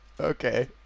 Okay